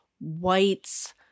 whites